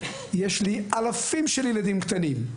יש לי אלפים של ילדים קטנים,